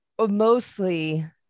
mostly